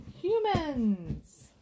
humans